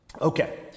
Okay